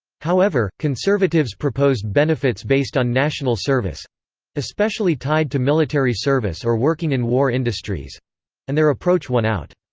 however, conservatives proposed benefits based on national service especially tied to military service or working in war industries and their approach won out.